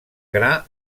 gra